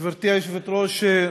גברתי היושבת-ראש,